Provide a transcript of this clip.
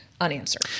unanswered